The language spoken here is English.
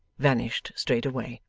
vanished straightway.